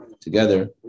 together